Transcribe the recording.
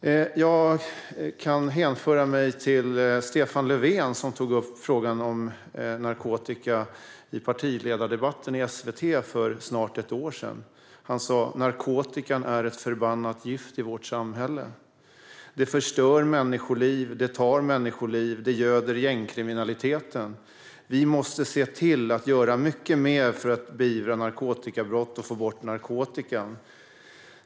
Jag kan hänvisa till Stefan Löfven, som tog upp frågan om narkotika i partiledardebatten i SVT för snart ett år sedan. Han sa: Narkotikan är ett förbannat gift i vårt samhälle. Den förstör människoliv, tar människoliv och göder gängkriminaliteten. Vi måste se till att göra mycket mer för att beivra narkotikabrott och få bort narkotikan.